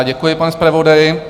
Děkuji, pane zpravodaji.